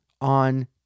on